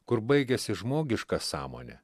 kur baigiasi žmogiška sąmonė